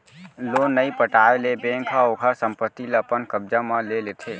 loan नइ पटाए ले बेंक ह ओखर संपत्ति ल अपन कब्जा म ले लेथे